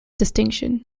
distinction